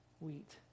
wheat